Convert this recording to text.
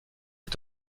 est